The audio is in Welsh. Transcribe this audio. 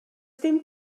dim